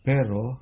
Pero